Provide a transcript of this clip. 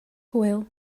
hwyl